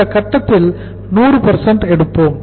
இந்த கட்டத்தில் 100 எடுப்போம்